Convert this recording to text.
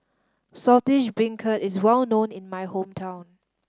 Saltish Beancurd is well known in my hometown